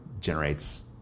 generates